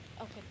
Okay